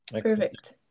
Perfect